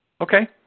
Okay